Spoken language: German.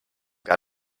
gar